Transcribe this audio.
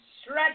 stretch